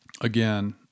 again